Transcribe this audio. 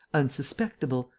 unsuspectable,